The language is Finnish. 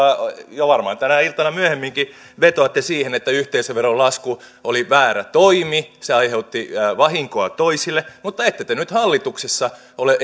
ja varmaan tänä iltana myöhemminkin vetoatte siihen että yhteisöveron lasku oli väärä toimi se aiheutti vahinkoa toisille mutta ette te nyt hallituksessa ole